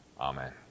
amen